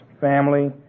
family